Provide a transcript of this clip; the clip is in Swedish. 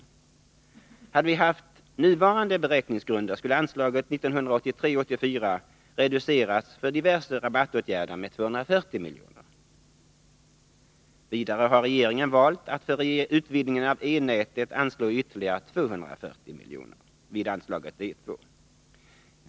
Hade vi haft nuvarande beräkningsgrunder skulle anslaget 1983/84 reduceras med 240 miljoner för diverse rabattåtgärder. Vidare har regeringen valt att för utvidgningen av e-nätet anslå ytterligare 240 miljoner vid anslaget D 2.